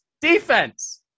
defense